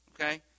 Okay